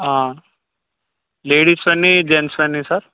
లేడీస్వి ఎన్ని జెంట్స్వి ఎన్ని సార్